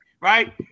right